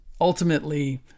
ultimately